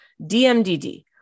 DMDD